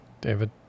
David